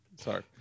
sorry